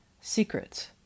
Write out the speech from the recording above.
SECRETS